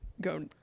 go